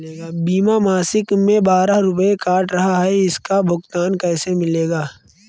बीमा मासिक में बारह रुपय काट रहा है इसका भुगतान कैसे मिलेगा?